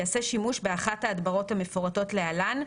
יעשה שימוש באחת מההדברות המפורטות להלן,